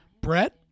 Brett